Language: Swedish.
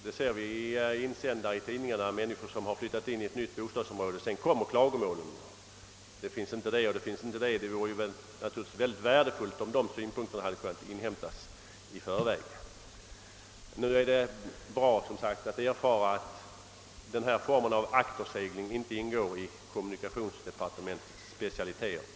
Vi ser ofta insändare i tidningarna från människor, som flyttat in i ett nytt bostadsområde och som har klagomål av olika slag att framföra. Det vore naturligtvis värdefullt om sådana synpunkter kunde inhämtas i förväg och innan stadsplanen är fastställd. Nu är det gott att erfara att denna form av aktersegling inte ingår i kommunikationsdepartementets specialiteter.